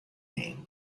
name